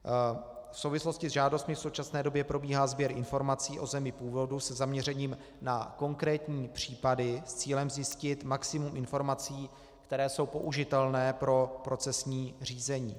V souvislosti s žádostmi v současné době probíhá sběr informací o zemi původu se zaměřením na konkrétní případy s cílem zjistit maximum informací, které jsou použitelné pro procesní řízení.